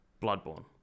Bloodborne